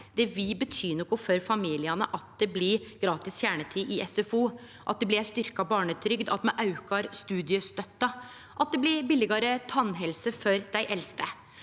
Det vil bety noko for familiane at det blir gratis kjernetid i SFO, at barnetrygda blir styrkt, at me aukar studiestøtta, og at det blir billegare tannhelse for dei eldste.